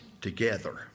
together